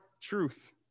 truth